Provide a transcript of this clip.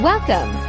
Welcome